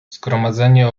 zgromadzenie